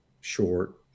short